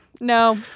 No